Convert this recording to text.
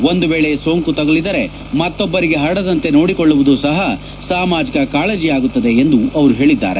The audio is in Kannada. ಒಂದು ವೇಳೆ ಸೋಂಕು ತಗುಲಿದರೆ ಮತ್ತೊಬ್ಬರಿಗೆ ಪರಡದಂತೆ ನೋಡಿಕೊಳ್ಳುವುದು ಸಪ ಸಾಮಾಜಿಕ ಕಾಳಜಿಯಾಗುತ್ತದೆ ಎಂದು ಅವರು ಹೇಳಿದ್ದಾರೆ